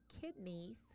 kidneys